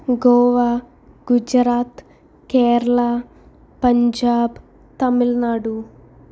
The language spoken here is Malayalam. ഗോവ ഗുജറാത്ത് കേരള പഞ്ചാബ് തമിഴ് നാടു